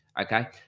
Okay